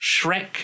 Shrek